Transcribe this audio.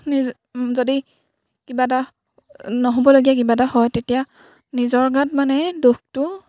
নিজ যদি কিবা এটা নহ'বলগীয়া কিবা এটা হয় তেতিয়া নিজৰ গাত মানে দুখটো